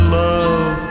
love